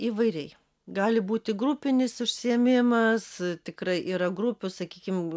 įvairiai gali būti grupinis užsiėmimas tikrai yra grupių sakykim